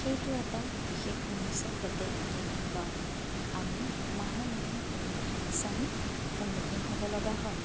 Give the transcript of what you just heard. সেইটো এটা বিশেষ সমস্যা প্ৰত্যেক দিনেই বা আমি মাহে মাহে সেইয়া সমস্যা আমি সন্মুখীন হ'বলগা হয়